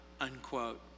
unquote